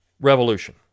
revolution